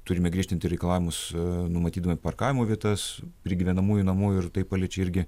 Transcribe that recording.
turime griežtinti reikalavimus numatydami parkavimo vietas prie gyvenamųjų namų ir tai paliečia irgi